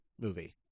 movie